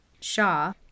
Shaw